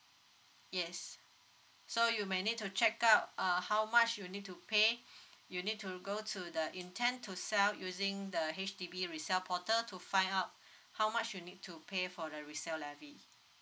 yes so you may need to check out uh how much you need to pay you need to go to the intend to sell using the H_D_B resale portal to find out how much you need to pay for the resale levy